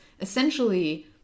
essentially